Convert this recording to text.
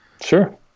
Sure